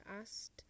asked